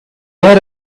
had